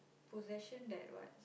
possession that what